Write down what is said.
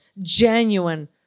genuine